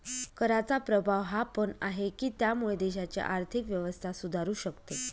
कराचा प्रभाव हा पण आहे, की त्यामुळे देशाची आर्थिक व्यवस्था सुधारू शकते